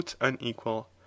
unequal